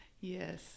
Yes